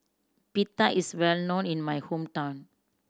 pita is well known in my hometown